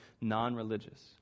non-religious